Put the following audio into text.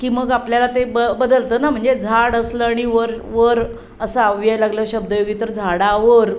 की मग आपल्याला ते ब बदलतं ना म्हणजे झाड असलं आणि वर वर असं अव्यय लागलं शब्दयोगी तर झाडावर